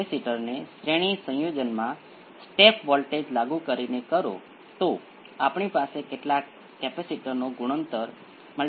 તેથી તેની પાસે કંઈક હશે × એક્સ્પોનેંસિયલ p 2 t તેનો પોતાનો નેચરલ રિસ્પોન્સ જે કંઈક × એક્સ્પોનેંસિયલ p 1 t છે